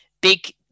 big